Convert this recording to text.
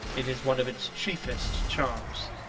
it is one of its chiefest charms.